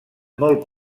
molt